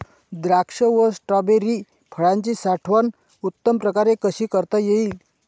द्राक्ष व स्ट्रॉबेरी फळाची साठवण उत्तम प्रकारे कशी करता येईल?